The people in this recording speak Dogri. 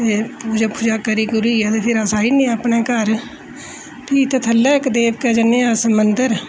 पूजा करी कुरी ऐ ते फिर अस आई जन्ने आं अपने घर फ्ही इत्थै थल्लै इक देवका जन्नें आं इक मंदर